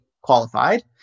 qualified